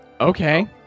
Okay